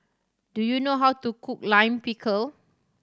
do you know how to cook Lime Pickle